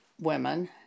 women